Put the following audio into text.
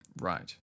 Right